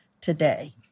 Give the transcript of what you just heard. today